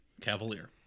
Cavalier